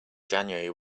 january